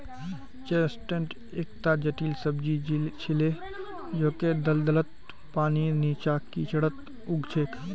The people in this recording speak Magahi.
चेस्टनट एकता जलीय सब्जी छिके जेको दलदलत, पानीर नीचा, कीचड़त उग छेक